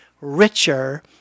richer